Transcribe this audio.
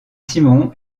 simon